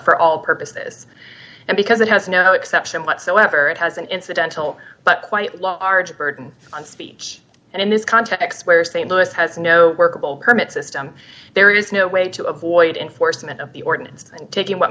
for all purposes and because it has no exception whatsoever it has an incidental but quite large burden on speech and in this context where st louis has no workable permit system there is no way to avoid enforcement of the ordinance taking what